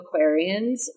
Aquarians